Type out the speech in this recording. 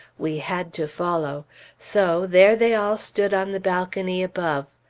we had to follow so! there they all stood on the balcony above.